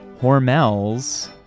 Hormel's